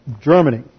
germany